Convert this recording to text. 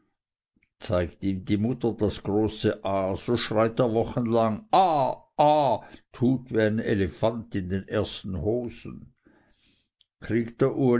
zeigt ihm die mutter das große a so schreit er wochenlang a a tut wie ein elefant in den ersten hosen kriegt der